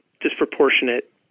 disproportionate